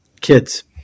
Kids